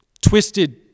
twisted